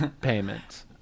payments